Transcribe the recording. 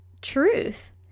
truth